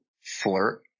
flirt